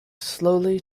slowly